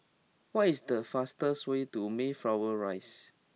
what is the fastest way to Mayflower Rise